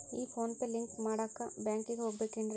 ಈ PhonePe link ಮಾಡಾಕ ಬ್ಯಾಂಕಿಗೆ ಹೋಗ್ಬೇಕೇನ್ರಿ?